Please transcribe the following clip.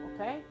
Okay